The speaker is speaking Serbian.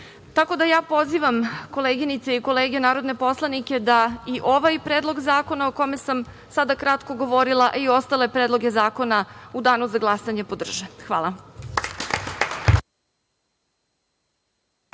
tako da ja pozivam koleginice i kolege narodne poslanike da i ovaj Predlog zakona o kome sam sada kratko govorila, a i ostale predloge zakona u danu za glasanje podrže. Hvala.